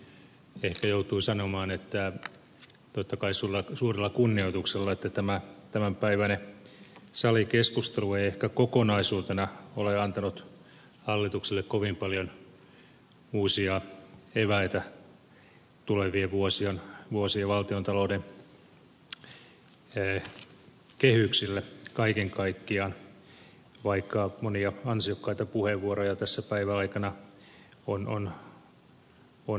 niin ehkä joutuu sanomaan totta kai suurella kunnioituksella että tämä tämänpäiväinen salikeskustelu ei ehkä kokonaisuutena ole antanut hallitukselle kovin paljon uusia eväitä tulevien vuosien valtiontalouden kehyksille kaiken kaikkiaan vaikka monia ansiokkaita puheenvuoroja tässä päivän aikana on kuultukin